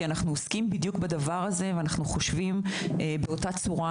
אנחנו עוסקים בדיוק בדבר הזה ואנחנו חושבים באותה צורה,